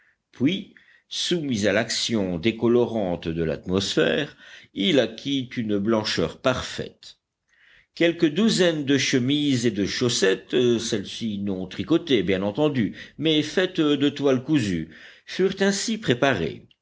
puis soumis à l'action décolorante de l'atmosphère il acquit une blancheur parfaite quelques douzaines de chemises et de chaussettes celles-ci non tricotées bien entendu mais faites de toiles cousues furent ainsi préparées